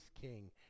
king